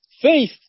faith